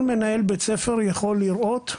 כל מנהל בית ספר יכול לראות,